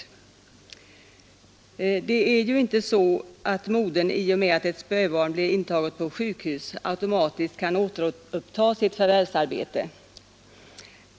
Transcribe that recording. Det är inte så att modern, i och med att ett spädbarn blir intaget på sjukhus, automatiskt kan återuppta sitt förvärvsarbete.